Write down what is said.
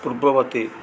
ପୂର୍ବବର୍ତ୍ତୀ